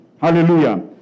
Hallelujah